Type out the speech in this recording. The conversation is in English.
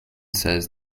says